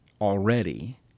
already